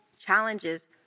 challenges